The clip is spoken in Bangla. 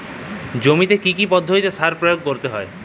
জমিতে কী কী পদ্ধতিতে সার প্রয়োগ করতে হয়?